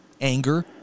anger